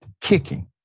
kicking